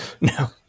No